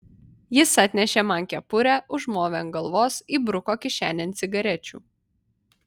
jis atnešė man kepurę užmovė ant galvos įbruko kišenėn cigarečių